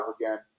again